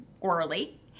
orally